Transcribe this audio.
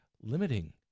limiting